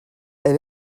elle